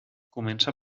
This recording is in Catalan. comença